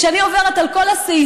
כשאני עוברת על כל הסעיפים,